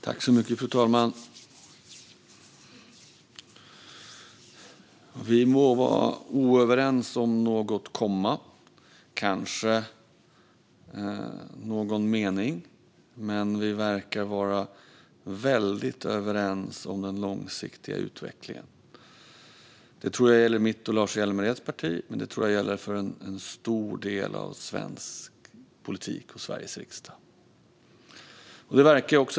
Fru talman! Det må vara så att vi inte är överens om något kommatecken och kanske om någon mening. Men vi verkar vara väldigt överens om den långsiktiga utvecklingen. Det tror jag gäller mitt och Lars Hjälmereds parti, och det tror jag gäller för en stor del av svensk politik och Sveriges riksdag.